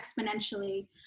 exponentially